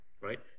right